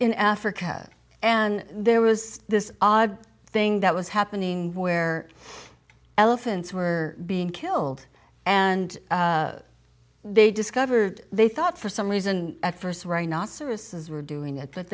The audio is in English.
in africa and there was this odd thing that was happening where elephants were being killed and they discovered they thought for some reason at st right not services were doing it but